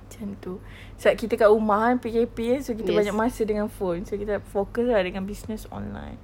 macam itu sebab kita kat rumah kan P_K_P eh so kita banyak masa dengan phone so kita nak focus ah dengan business online